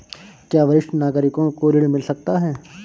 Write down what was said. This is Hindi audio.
क्या वरिष्ठ नागरिकों को ऋण मिल सकता है?